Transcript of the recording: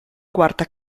quarta